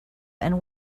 and